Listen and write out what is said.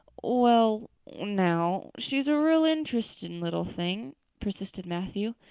well now, she's a real interesting little thing, persisted matthew.